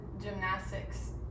gymnastics